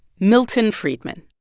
milton friedman.